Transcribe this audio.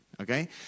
Okay